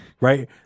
right